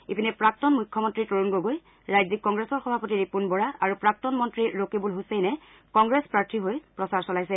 ইপিনে প্ৰাক্তন মুখ্যমন্তী তৰুণ গগৈ ৰাজ্যিক কংগ্ৰেছৰ সভাপতি ৰিপুন বৰা আৰু প্ৰাক্তন মন্ত্ৰী ৰকিবুল হুছেইনে কংগ্ৰেছ প্ৰাৰ্থীৰ হৈ প্ৰচাৰ চলাইছে